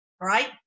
right